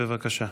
בבקשה.